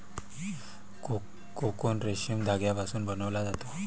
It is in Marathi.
कोकून रेशीम धाग्यापासून बनवला जातो